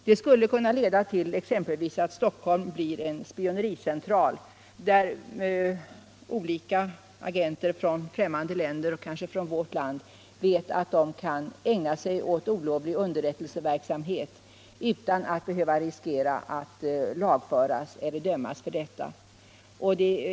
Det skulle exempelvis kunna leda till att Stockholm blir en spionericentral, där olika agenter från främmande länder — och kanske från vårt land — vet att de kan ägna sig åt olovlig underrättelseverksamhet utan att behöva riskera att lagföras eller dömas för detta.